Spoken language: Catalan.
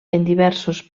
diversos